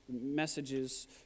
messages